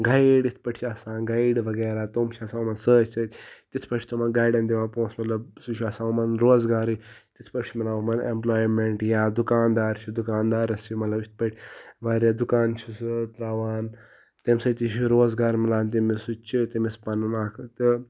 guide یِتھ پٲٹھۍ چھِ آسان گایڈ وغیرہ تم چھِ آسان یِمَن سۭتۍ سۭتۍ تِتھ پٲٹھۍ چھِ تمَن گایڈَن دِوان پونٛسہٕ مطلب سُہ چھُ آسان یِمَن روزگارٕے تِتھ پٲٹھۍ چھِ مِلان یِمَن اٮ۪ملایمٮ۪نٛٹ یا دُکاندار چھِ دُکاندارَس یہِ مطلب یِتھ پٲٹھۍ واریاہ دُکان چھِ سُہ ترٛاوان تَمہِ سۭتۍ تہِ چھِ روزگار مِلان تٔمِس سُہ تہِ چھِ تٔمِس پَنُن اَکھ تہٕ